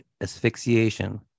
asphyxiation